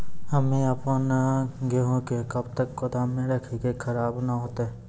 हम्मे आपन गेहूँ के कब तक गोदाम मे राखी कि खराब न हते?